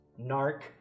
Narc